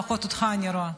את רוצה לדבר?